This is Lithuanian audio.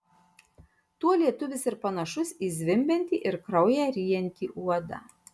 tuo lietuvis ir panašus į zvimbiantį ir kraują ryjantį uodą